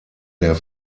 der